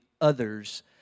Others